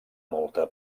molta